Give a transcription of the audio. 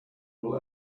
will